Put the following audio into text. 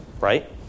right